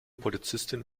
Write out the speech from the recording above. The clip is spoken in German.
polizistin